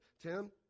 Tim